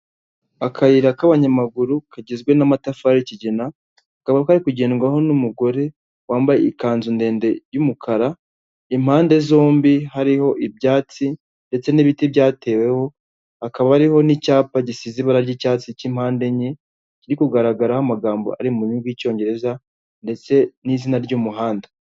Akayira k'abanyamaguru kagizwe n'amatafari y'ikigina, kakaba kari kugendwaho n'umugore wambaye ikanzu ndende y'umukara, impande zombi hariho ibyatsi ndetse n'ibiti byateweho, hakaba hariho n'icyapa gisize ibara ry'icyatsi cy'impande enye, kiri kugaragaraho amagambo ari mu rurimi rw'Icyongereza ndetse n'izina ry'umuhanda.